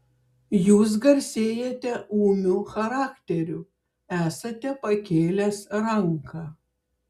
jūs garsėjate ūmiu charakteriu esate pakėlęs ranką